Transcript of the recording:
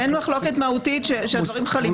אין מחלוקת מהותית שהדברים חלים.